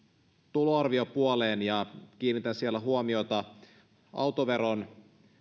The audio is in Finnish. tuloarviopuoleen ja kiinnitän siellä huomiota autoveron